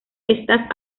estas